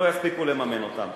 לא יספיקו לממן אותן.